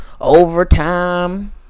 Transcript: overtime